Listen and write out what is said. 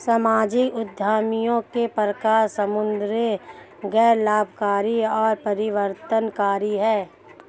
सामाजिक उद्यमियों के प्रकार समुदाय, गैर लाभकारी और परिवर्तनकारी हैं